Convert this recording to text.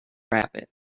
rabbit